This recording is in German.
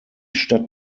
stadt